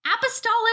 Apostolic